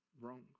wrong